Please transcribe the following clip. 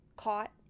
caught